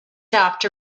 after